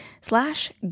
slash